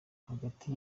hagati